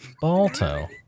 balto